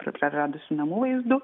praradusių namų vaizdu